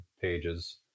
pages